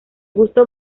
gusto